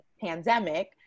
pandemic